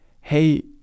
hey